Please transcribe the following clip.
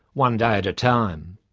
one day at a time.